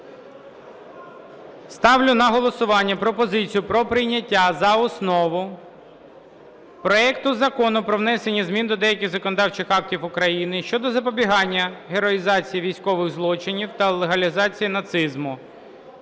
Ставлю на голосування пропозицію про прийняття за основу проекту Закону про внесення змін до деяких законодавчих актів України щодо запобігання героїзації військових злочинів та легалізації нацизму